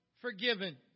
forgiven